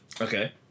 Okay